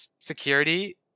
security